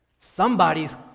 Somebody's